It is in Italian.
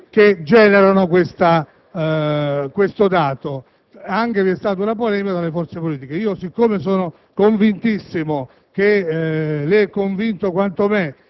che generano questo dato e vi è stata anche una polemica tra le forze politiche. Siccome sono convintissimo e lei sarà convinto quanto me